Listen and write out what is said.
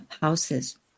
houses